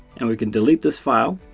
and we can delete this file.